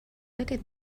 aquest